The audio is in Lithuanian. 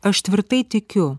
aš tvirtai tikiu